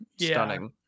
stunning